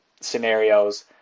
scenarios